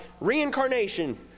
reincarnation